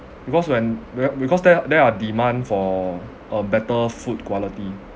because when we're because there are there are demand for a better food quality